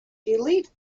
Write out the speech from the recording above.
delete